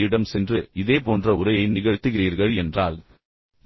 யிடம் சென்று இதேபோன்ற உரையை நிகழ்த்துகிறீர்கள் என்றால்